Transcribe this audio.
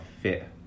fit